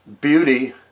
beauty